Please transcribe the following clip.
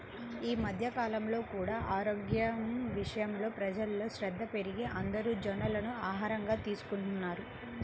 ఈ మధ్య కాలంలో కూడా ఆరోగ్యం విషయంలో ప్రజల్లో శ్రద్ధ పెరిగి అందరూ జొన్నలను ఆహారంగా తీసుకుంటున్నారు